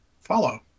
follow